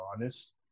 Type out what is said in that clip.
honest